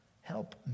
Help